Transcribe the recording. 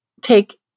take